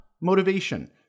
motivation